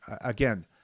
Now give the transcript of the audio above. again